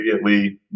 immediately